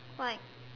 why